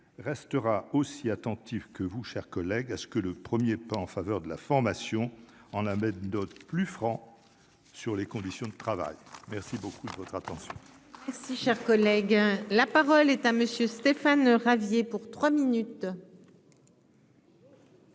restera aussi attentif que vous, chers collègues, à ce que le 1er pas en faveur de la formation en la d'autres plus franc sur les conditions de travail, merci beaucoup de votre attention. Si cher collègue, la parole est à monsieur Stéphane Ravier pour 3 minutes.